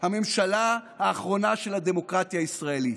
הממשלה האחרונה של הדמוקרטיה הישראלית.